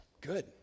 good